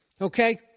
Okay